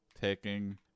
taking